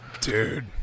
Dude